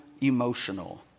emotional